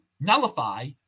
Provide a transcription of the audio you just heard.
nullify